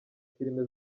filime